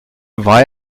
war